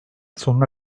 sonuna